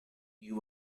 you